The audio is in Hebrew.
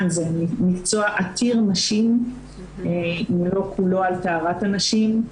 זה מקצוע עתיר נשים אם לא כולו על טהרת הנשים,